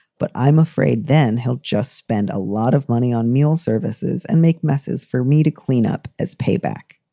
but i'm afraid then he'll just spend a lot of money on meals, services and make messes for me to clean up as payback.